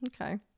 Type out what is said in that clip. okay